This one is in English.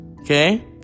Okay